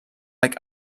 like